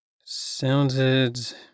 Sounded